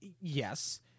Yes